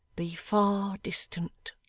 be far distant